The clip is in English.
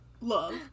Love